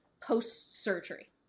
post-surgery